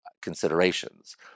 considerations